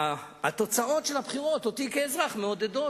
התוצאות של הבחירות אותי, כאזרח, מעודדות.